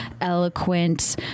eloquent